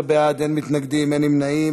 14 בעד, אין מתנגדים, אין נמנעים.